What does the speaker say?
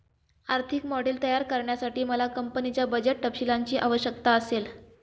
आर्थिक मॉडेल तयार करण्यासाठी मला कंपनीच्या बजेट तपशीलांची आवश्यकता असेल